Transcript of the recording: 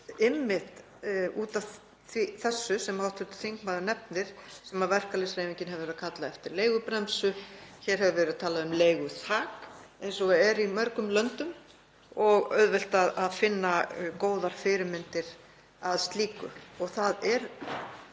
Það er einmitt út af þessu, sem hv. þingmaður nefnir, sem verkalýðshreyfingin hefur verið að kalla eftir leigubremsu. Hér hefur verið talað um leiguþak eins og er í mörgum löndum og auðvelt að finna góðar fyrirmyndir að slíku. Ég held